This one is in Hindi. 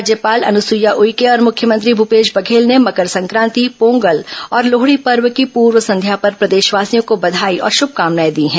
राज्यपाल अनुसुईया उइके और मुख्यमंत्री भूपेश बघेल ने मकर संक्रांति पोंगल और लोहड़ी पर्व की पूर्व संध्या पर प्रदेशवासियों को बघाई और शुभकामनाए दी हैं